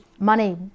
Money